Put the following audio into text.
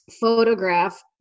photograph